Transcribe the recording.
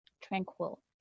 tranquil